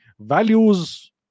values